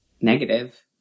negative